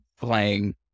playing